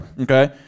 Okay